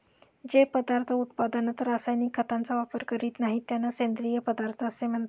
जे पदार्थ उत्पादनात रासायनिक खतांचा वापर करीत नाहीत, त्यांना सेंद्रिय पदार्थ असे म्हणतात